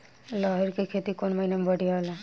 लहरी के खेती कौन महीना में बढ़िया होला?